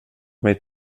mig